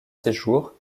séjours